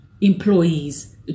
employees